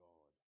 God